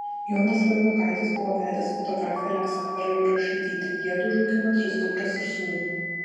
jonas vailokaitis buvo vedęs fotografę aleksandrą jurašaitytę jiedu užaugino tris dukras ir sūnų